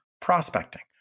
prospecting